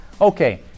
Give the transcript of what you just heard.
Okay